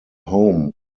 home